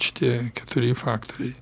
šitie keturi faktoriai